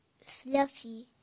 fluffy